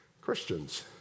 Christians